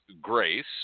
Grace